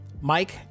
Mike